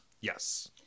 Yes